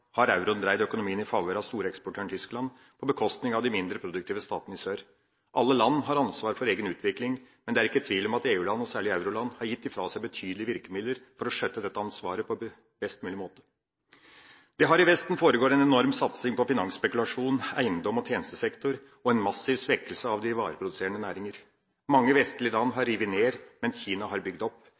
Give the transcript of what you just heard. har euroen dreid økonomien i favør av storeksportøren Tyskland på bekostning av de mindre produktive statene i sør. Alle land har ansvar for egen utvikling, men det er ikke tvil om at EU-land, og særlig euroland, har gitt fra seg betydelige virkemidler for å skjøtte dette ansvaret på best mulig måte. Det har i Vesten foregått en enorm satsing på finansspekulasjon, eiendom og tjenestesektor og en massiv svekkelse av de vareproduserende næringer. Mange vestlige land har revet ned, mens Kina har bygd opp.